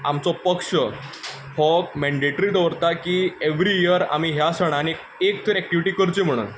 आमचो पक्ष हो मॅन्डेटरी दवरता की एव्हरी इयर आमी ह्या सणान एक एक तर एक्टिविटी करची म्हणून